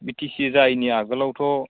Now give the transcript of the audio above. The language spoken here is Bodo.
बिटिसि जायिनि आगोलाव